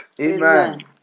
Amen